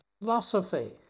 philosophy